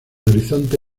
horizonte